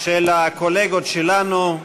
של הקולגות שלנו,